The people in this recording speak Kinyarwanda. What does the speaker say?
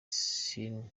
salman